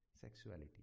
sexuality